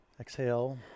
Exhale